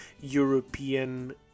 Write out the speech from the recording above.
European